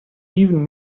even